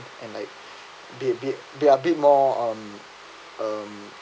and like be be be a bit more um